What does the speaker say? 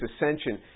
ascension